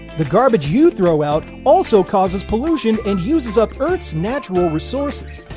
the garbage you throw out also causes pollution and uses up earth's natural resources.